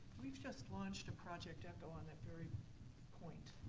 we've just launched a project echo on that very point.